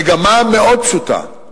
המגמה המאוד-פשוטה,